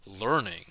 learning